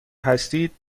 هستید